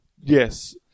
Yes